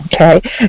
okay